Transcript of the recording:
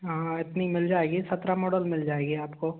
हाँ इतनी मिल जाएगी सत्रह मॉडल मिल जाएगी आपको